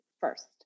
first